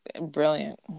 brilliant